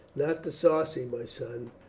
not the sarci, my son.